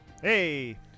Hey